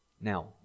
Now